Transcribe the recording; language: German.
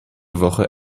woche